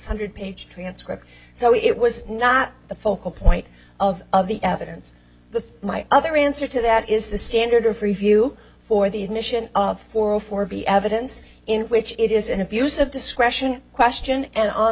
hundred page transcript so it was not the focal point of of the evidence the my other answer to that is the standard freeview for the admission of four or four be evidence in which it is an abuse of discretion question and on